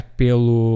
pelo